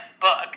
book